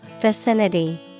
Vicinity